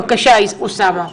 בבקשה, אוסאמה.